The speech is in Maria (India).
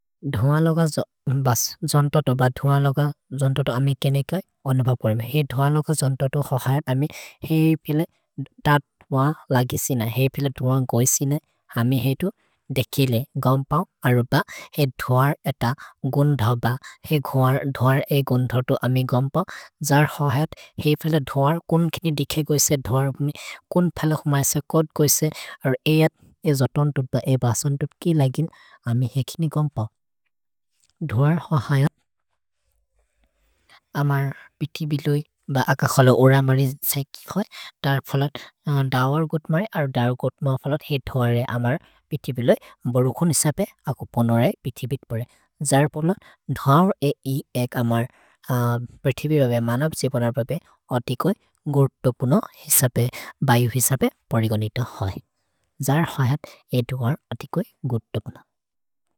ध्व लोग जन्ततो ब ध्व लोग जन्ततो अमि केनेक अनुभव् परेम। हेइ ध्व लोग जन्ततो अहयत् अमि हेइ फिले तत् ध्व लगिसि न। हेइ फिले ध्व गोइसि न। अमि हेतु देखिले गौन् पओ। अर्ब हेइ ध्वर् एत गुन् धव् ब। हेइ ध्वर्, ध्वर् ए गुन् धव् तु। अमि गौन् पओ। जर् अहयत् हेइ फिले ध्वर् कुन् किनि दिखे गोइसे। ध्वर् कुन् फलोग् मैसे कोद् गोइसे। अर् ए अत् ए जतन्तुत् ब ए बसन्तुत् कि लगिन्। अमि हेइ किनि गौन् पओ। ध्वर् अहयत्। अमर् पिति बिलोइ ब अकखलो ओरमरि सए कि खोइ। दर् फलोग् धवर् गुत् मरे। अर् दर् गुत् मर् फलोग् हेइ ध्वर् ए अमर् पिति बिलोइ। भरु खुन् हिसपे अको पनोर् ए पिति बित् परे। जर् पनोर् ध्वर् ए ए एक् अमर् प्रिथिबि रोबे मनब् जेपोनर् बबे। अतिकोइ गुर्तो कुनो हिसपे बैउ हिसपे परिगनित अहयत्। जर् अहयत् हेइ ध्वर् अतिकोइ गुर्तो कुनो।